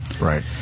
Right